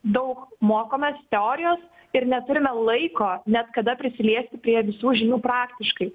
daug mokomės teorijos ir neturime laiko net kada prisiliesti prie visų žinių praktiškai